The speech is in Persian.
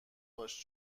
باش